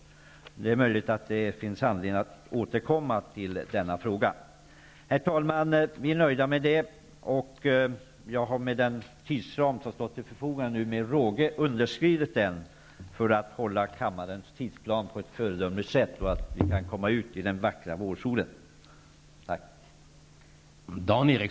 Det är möjligt att det finns anledning att återkomma till denna fråga. Herr talman! Vi är nöjda med detta. Jag har med råge underskridit den tidsram som står till förfogande, för att på ett föredömligt sätt hålla kammarens tidsplan så att vi kan komma ut i den vackra vårsolen. Tack.